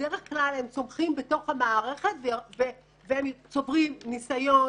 בדרך כלל הם צומחים בתוך המערכת והם צוברים ניסיון,